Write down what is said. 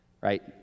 Right